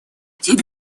тебе